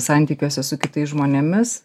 santykiuose su kitais žmonėmis